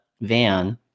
van